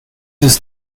ist